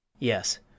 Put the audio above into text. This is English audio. Yes